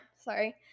sorry